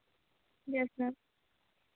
yes ma'am